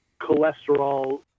cholesterol